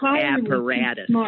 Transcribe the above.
apparatus